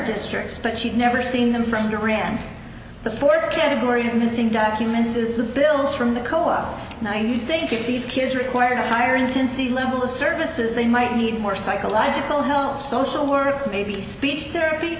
districts but she'd never seen them from the brand the fourth category of missing documents is the bills from the co op now you think if these kids require higher intensity level of services they might need more psychological help social work maybe speech therapy